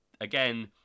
again